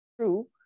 true